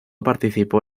participó